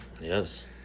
Yes